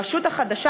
הרשות החדשה,